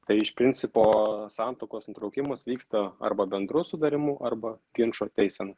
tai iš principo santuokos nutraukimas vyksta arba bendru sudarimu arba ginčo teisena